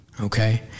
Okay